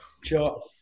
Sure